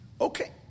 Okay